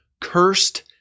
cursed